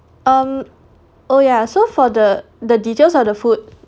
um oh ya so for the the details of the food